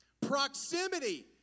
Proximity